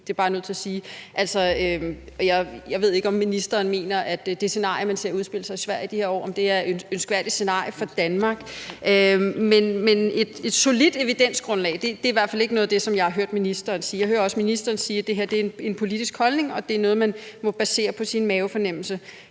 er jeg bare nødt til at sige. Altså, jeg ved ikke, om ministeren mener, at det scenarie, man ser udspille sig i Sverige i de her år, er et ønskværdigt scenarie for Danmark. Men et solidt evidensgrundlag er i hvert fald ikke noget af det, jeg har hørt ministeren sige. Jeg hører også ministeren sige, at det her er en politisk holdning, og at det er noget, man må basere på sin mavefornemmelse.